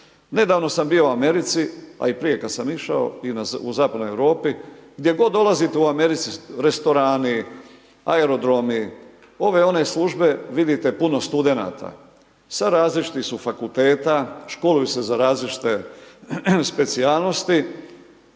Nedavno sam bio u Americi, a i prije kad sam išao u Zapadnoj Europi gdje god dolazite u Americi, restorani, aerodromi, ove one službe vidite puno studenata, sa različitih su fakulteta, školuju se za različite specijalnosti